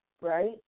right